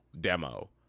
demo